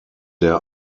der